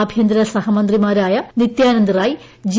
ആഭ്യന്തര സഹമന്ത്രിമാരായ നിത്യാനന്ദ് റായ് ജി